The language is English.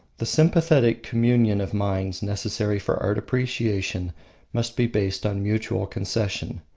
the sympathetic communion of minds necessary for art appreciation must be based on mutual concession.